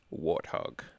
Warthog